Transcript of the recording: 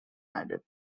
added